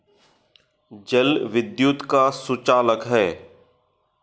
जल विद्युत का सुचालक है